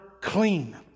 clean